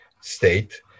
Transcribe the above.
state